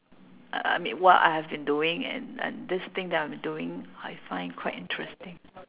uh I mean what I have been doing and and this thing that I'm doing I find quite interesting